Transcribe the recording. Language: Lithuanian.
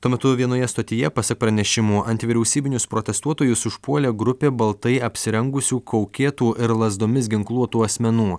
tuo metu vienoje stotyje pasak pranešimų antivyriausybinius protestuotojus užpuolė grupė baltai apsirengusių kaukėtų ir lazdomis ginkluotų asmenų